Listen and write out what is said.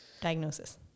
diagnosis